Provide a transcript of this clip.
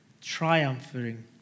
triumphing